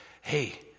hey